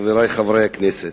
חברי חברי הכנסת,